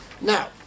Now